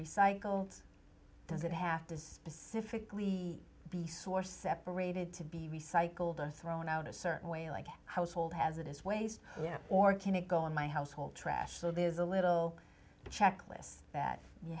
recycled does it have to specifically be sourced separated to be recycled or thrown out a certain way like household has it is waste or can it go in my household trash so there's a little checklist that you